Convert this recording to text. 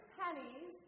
pennies